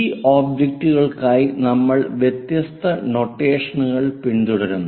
ഈ ഒബ്ജക്റ്റുകൾക്കായി നമ്മൾ വ്യത്യസ്ത നൊട്ടേഷനുകൾ പിന്തുടരുന്നു